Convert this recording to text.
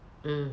mm